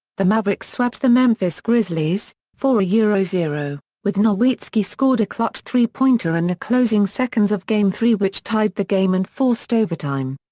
the mavericks swept the memphis grizzlies, four yeah zero, with nowitzki scored a clutch three-pointer in the closing seconds of game three which tied the game and forced overtime.